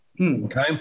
Okay